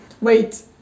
wait